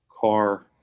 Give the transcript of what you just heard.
car